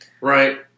right